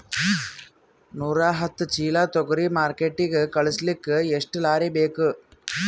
ನೂರಾಹತ್ತ ಚೀಲಾ ತೊಗರಿ ಮಾರ್ಕಿಟಿಗ ಕಳಸಲಿಕ್ಕಿ ಎಷ್ಟ ಲಾರಿ ಬೇಕು?